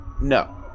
No